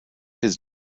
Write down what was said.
his